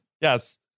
Yes